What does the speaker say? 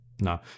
No